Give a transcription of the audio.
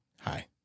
Hi